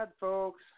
folks